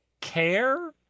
care